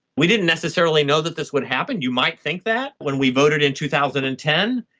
we didn't necessarily know that this would happen. you might think that when we voted in two thousand and ten.